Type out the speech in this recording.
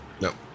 No